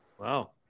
Wow